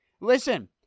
Listen